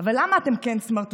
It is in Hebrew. אבל למה אתם כן סמרטוטים?